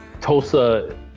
Tulsa